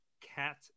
cat